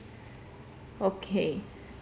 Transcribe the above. okay